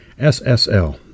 SSL